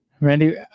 Randy